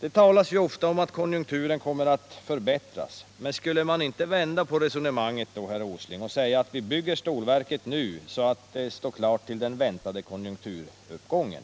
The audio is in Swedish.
Det talas ofta om att konjunkturerna är dåliga och att man därför inte kan bygga Stålverk 80. Men kunde man inte vända på resonemanget, Nils Åsling, och säga att vi bygger stålverket nu så att det står klart till den väntade konjunkturuppgången?